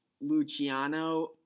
Luciano